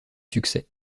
succès